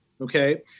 okay